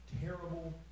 terrible